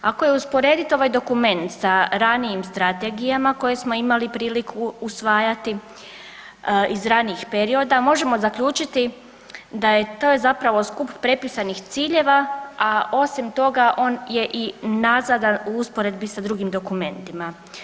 Ako je usporediti ovaj dokument sa ranijim strategijama koje smo imali priliku usvajati, iz ranijih perioda možemo zaključiti da je to zapravo skup prepisanih ciljeva, a osim toga on je i nazadan u usporedbi sa drugim dokumentima.